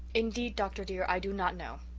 indeed, dr. dear, i do not know.